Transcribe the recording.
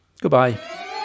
Goodbye